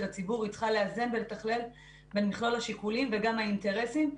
הציבור והיא צריכה לאזן ולתכלל בין מכלול השיקולים וגם האינטרסים.